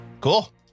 Cool